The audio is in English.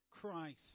Christ